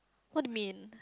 what do you mean